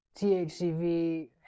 THCV